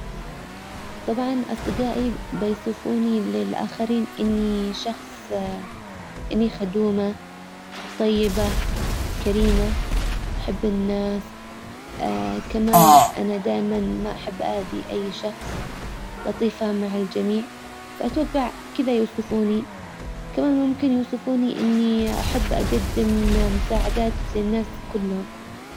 طبعا اصدجائي بيوصفوني للاخرين اني شخص اني خدومة طيبة كريمة احب الناس كمان انا دايما ما احب آذي اي شخص لطيفة مع الجميع فاتوجع كدا كمان ممكن يوصفوني اني احب اجدم مساعدات للناس كلهم.